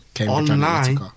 online